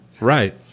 Right